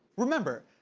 remember,